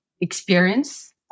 experience